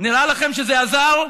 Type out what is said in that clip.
נראה לכם שזה עזר?